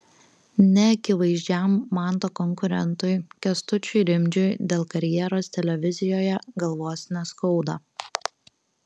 neakivaizdžiam manto konkurentui kęstučiui rimdžiui dėl karjeros televizijoje galvos neskauda